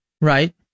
right